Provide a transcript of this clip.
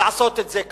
לעשות את זה ככה.